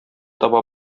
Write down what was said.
таба